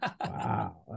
wow